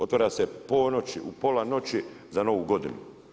Otvara se u ponoć, u pola noći za novu godinu.